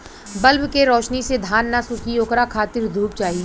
bulb के रौशनी से धान न सुखी ओकरा खातिर धूप चाही